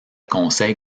conseil